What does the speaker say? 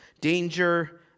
danger